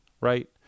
Right